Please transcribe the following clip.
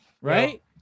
Right